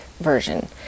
version